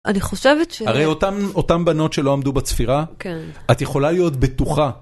אני חושבת ש... הרי אותן אותן בנות שלא עמדו בצפירה, כן. את יכולה להיות בטוחה.